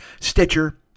Stitcher